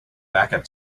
backup